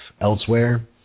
elsewhere